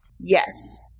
Yes